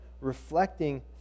reflecting